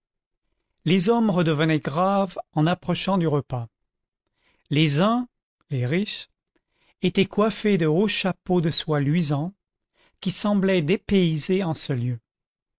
les hommes redevenaient graves en approchant du repas les uns les riches étaient coiffés de hauts chapeaux de soie luisants qui semblaient dépaysés en ce lieu